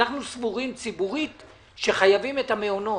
אנחנו סבורים ציבורית שחייבים את המעונות.